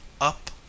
up